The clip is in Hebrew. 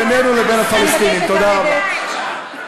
אדוני ראש הממשלה.